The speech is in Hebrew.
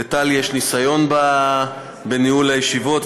לטלי יש ניסיון בניהול הישיבות,